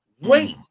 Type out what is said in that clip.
Wait